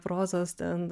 prozos ten